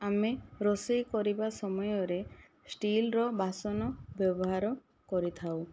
ଆମେ ରୋଷେଇ କରିବା ସମୟରେ ଷ୍ଟିଲର ବାସନ ବ୍ୟବହାର କରିଥାଉ